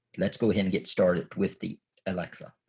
let's go ahead and get started with the alexa.